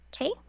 Okay